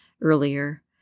earlier